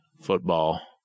football